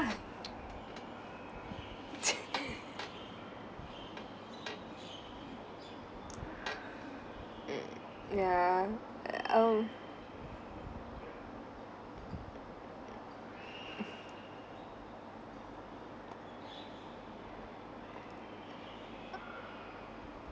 mm ya oh